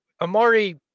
Amari